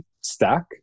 stack